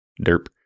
Derp